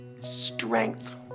strength